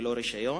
ללא רשיון,